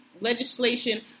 legislation